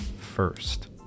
first